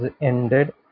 ended